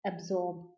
absorb